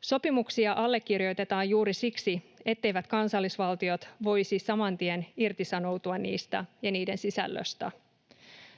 Sopimuksia allekirjoitetaan juuri siksi, etteivät kansallisvaltiot voisi saman tien irtisanoutua niistä ja niiden sisällöstä.